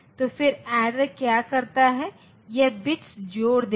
तो फिर एडेर क्या करता है यह बिट्स जोड़ देगा